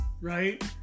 right